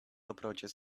approaches